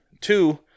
Two